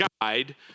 guide